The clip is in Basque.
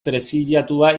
preziatua